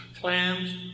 clams